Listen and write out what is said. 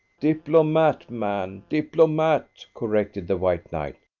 diplomat, man diplomat, corrected the white knight.